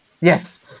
Yes